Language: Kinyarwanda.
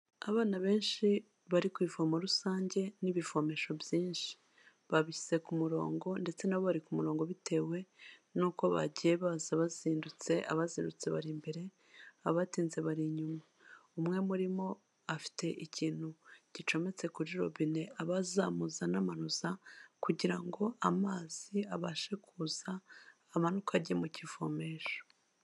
Abana benshi bari ku ivomo rusange n'ibivomesho byinshi babisize ku murongo ndetse nabo bari ku murongo bitewe n'uko bagiye baza bazindutse, abazindutse bari imbere abatinze bari inyuma, umwe muri bo afite ikintu gicometse kuri robine aba azamuza anamanuza kugira ngo amazi abashe kuza amanuka ajye mu kivomesho.